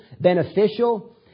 beneficial